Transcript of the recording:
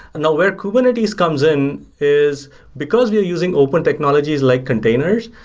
now where kubernetes comes in is because we are using open technologies like containers,